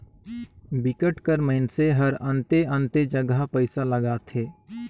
बिकट कर मइनसे हरअन्ते अन्ते जगहा पइसा लगाथे